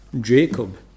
Jacob